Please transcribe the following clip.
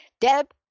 Deb